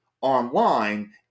online